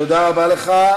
תודה רבה לך.